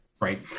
Right